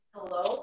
Hello